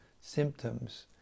symptoms